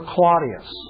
Claudius